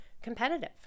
competitive